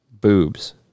boobs